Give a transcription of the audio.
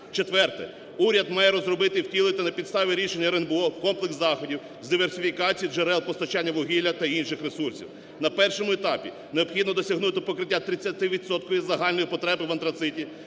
Четверте. Уряд має розробити і втілити на підставі рішення РНБО комплекс заходів з диверсифікацією джерел постачання вугілля та інших ресурсів. На першому етапі необхідно досягнути покриття 30-відсоткової загальної потреби в антрациті